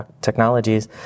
technologies